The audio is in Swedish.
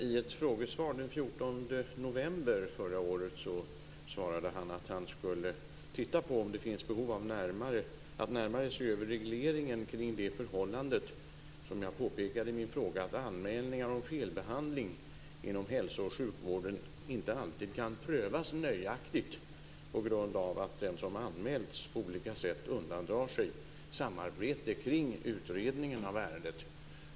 I ett frågesvar den 14 november förra året svarade han att han skulle titta på om det finns behov av att närmare se över regleringen kring det förhållandet, som jag pekade på i min fråga, att anmälningar om felbehandling inom hälso och sjukvården inte alltid kan prövas nöjaktigt på grund av att den som anmälts på olika sätt undandrar sig samarbete kring utredningen av ärendet.